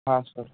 हां सर